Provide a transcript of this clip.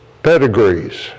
pedigrees